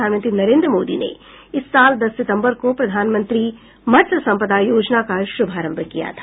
प्रधानमंत्री नरेंद्र मोदी ने इस साल दस सितंबर को प्रधानमंत्री मत्स्य संपदा योजना का श्रभारंभ किया था